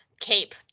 Cape